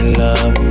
love